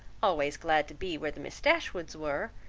always glad to be where the miss dashwoods were,